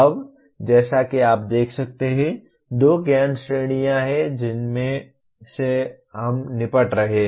अब जैसा कि आप देख सकते हैं दो ज्ञान श्रेणियां हैं जिनसे हम निपट रहे हैं